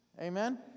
Amen